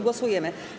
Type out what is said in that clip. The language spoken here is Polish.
Głosujemy.